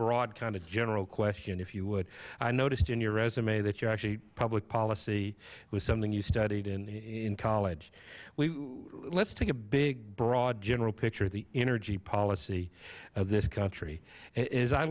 broad kind of general question if you would i noticed in your resume that you actually public policy was something you studied in college let's take a big broad general picture of the energy policy of this country as i